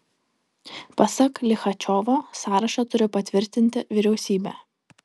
pasak lichačiovo sąrašą turi patvirtinti vyriausybė